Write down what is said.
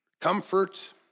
comfort